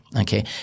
okay